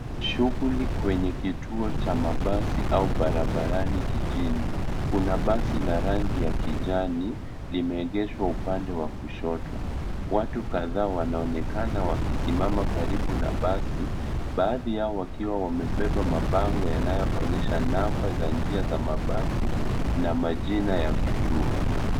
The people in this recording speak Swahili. Shughuli kwenye kituo cha mabasi au barabarani jijini. Kuna basi la rangi ya kijani limeegeshwa upande w akushoto. Watu kadhaa wanaonekana wakisimama karibu na basi baadhi yao wakiwa wamebeba mabango yanayoonyesha namba za njia ya mabasi na majina ya vituo.